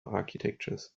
architectures